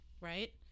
right